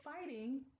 fighting